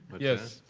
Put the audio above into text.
yes.